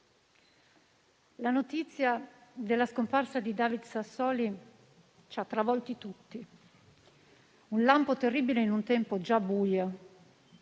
la notizia della scomparsa di David Sassoli ci ha travolti tutti: un lampo terribile in un tempo già buio.